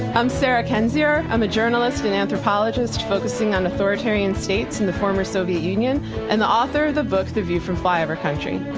i'm sarah kendzior, i'm a journalist and anthropologist focusing on authoritarian states in the former soviet union and the author of the book, the view from flyover country.